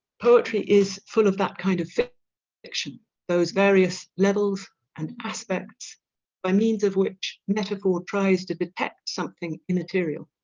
poetry is full of that kind of fiction those various levels and aspects by means of which metaphor tries to detect something immaterial